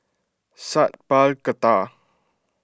Sat Pal Khattar